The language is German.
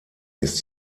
ist